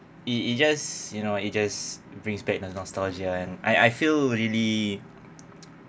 it it just you know it just brings back the nostalgia and I I feel really